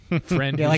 friend